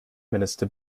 minister